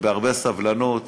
ובהרבה סבלנות,